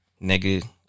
nigga